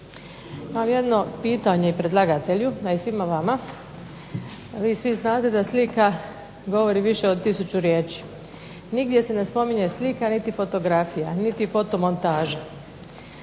Imam jedno pitanje predlagatelju, a i svima vama, a vi svi znate da slika govori više od tisuću riječi. Nigdje se ne spominje slika niti fotografija niti fotomontaža.